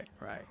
right